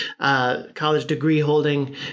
college-degree-holding